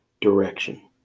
direction